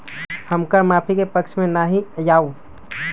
हम कर माफी के पक्ष में ना ही याउ